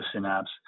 synapse